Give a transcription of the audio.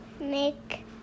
make